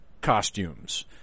costumes